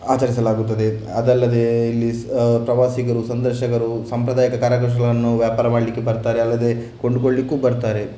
ಆಚರಿಸಲಾಗುತ್ತದೆ ಅದಲ್ಲದೆ ಇಲ್ಲಿ ಪ್ರವಾಸಿಗರು ಸಂದರ್ಶಕರು ಸಾಂಪ್ರದಾಯಿಕ ಕರಕುಶಲವನ್ನು ವ್ಯಾಪಾರ ಮಾಡಲಿಕ್ಕೆ ಬರ್ತಾರೆ ಅಲ್ಲದೆ ಕೊಂಡುಕೊಳ್ಳಿಕ್ಕೂ ಬರ್ತಾರೆ